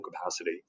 capacity